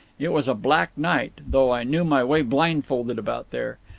it was a black night, though i knew my way blindfolded about there.